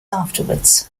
afterwards